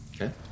Okay